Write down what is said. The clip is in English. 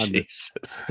Jesus